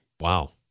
Wow